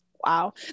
wow